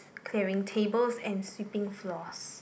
clearing tables and sweeping floors